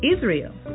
Israel